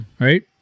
Right